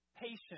Patient